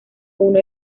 uno